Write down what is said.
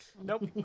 Nope